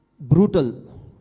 brutal